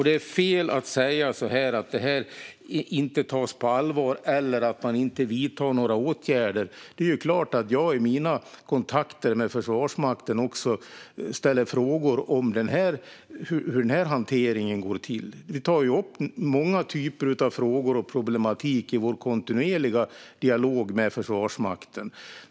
Det är fel att säga att det här inte tas på allvar eller att man inte vidtar några åtgärder. Det är klart att jag i mina kontakter med Försvarsmakten ställer frågor om hur den här hanteringen går till. Vi tar upp många typer av frågor och problematik i vår kontinuerliga dialog med Försvarsmakten.